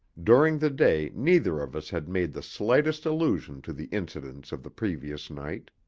during the day neither of us had made the slightest allusion to the incidents of the previous night.